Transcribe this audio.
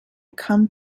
come